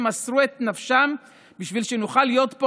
שמסרו את נפשם בשביל שנוכל להיות פה,